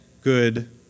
good